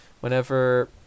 Whenever